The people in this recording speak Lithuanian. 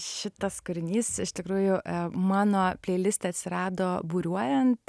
šitas kūrinys iš tikrųjų mano pleiliste atsirado buriuojant